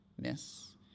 miss